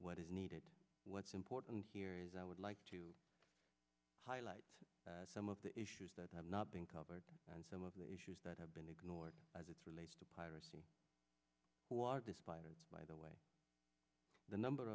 what is needed what's important here is i would like to highlight some of the issues that have not been covered and some of the issues that have been ignored as it relates to piracy water despite by the way the number